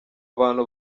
abantu